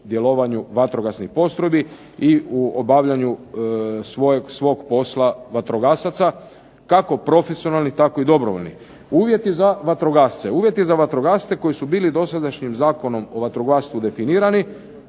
u djelovanju vatrogasnih postrojbi i u obavljanju svog posla vatrogasaca kako profesionalnih tako i dobrovoljnih. Uvjeti za vatrogasce koji su bili dosadašnjim Zakonom o vatrogastvu definirani